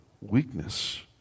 weakness